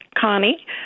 Connie